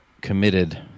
committed